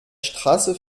straße